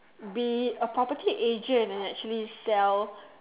be a property agent and actually sell